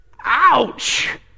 Ouch